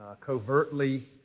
covertly